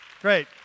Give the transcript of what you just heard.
Great